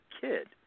kid